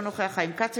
אינו נוכח חיים כץ,